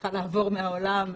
שצריכה לעבור מהעולם,